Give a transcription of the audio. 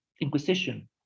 Inquisition